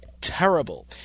terrible